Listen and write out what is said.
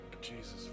Jesus